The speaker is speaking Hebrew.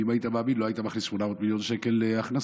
כי אם היית מאמין לא היית מכניס 800 מיליון שקל הכנסה.